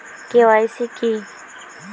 KYC কি?